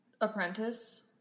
Apprentice